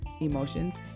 emotions